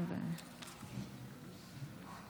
ההצעה מבקשת להסדיר את הרנטגנאים בחוק הסדרת מקצועות הבריאות.